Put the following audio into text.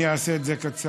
אני אעשה את זה קצר.